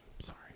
Sorry